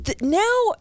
now